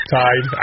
tied